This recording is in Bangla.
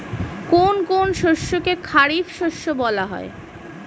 কোন কোন শস্যকে খারিফ শস্য বলা হয়?